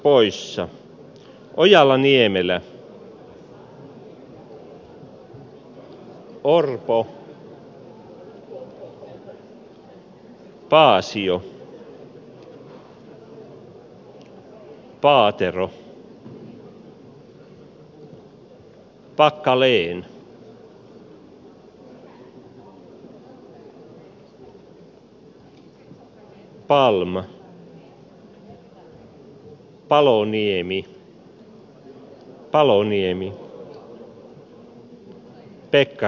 kun edustaja pekka